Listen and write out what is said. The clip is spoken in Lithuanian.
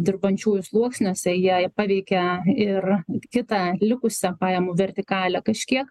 dirbančiųjų sluoksniuose jie paveikia ir kitą likusią pajamų vertikalę kažkiek